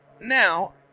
now